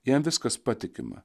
jam viskas patikima